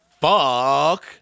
Fuck